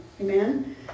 Amen